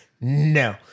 No